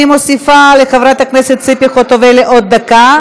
אני מוסיפה לחברת הכנסת ציפי חוטובלי עוד דקה,